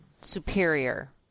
superior